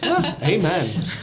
amen